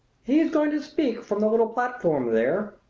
he is going to speak from the little platform there.